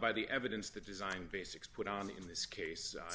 by the evidence the design basics put on in this case